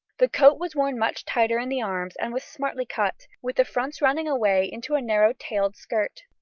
the coat was worn much tighter in the arms and was smartly cut, with the fronts running away into a narrow tailed skirt.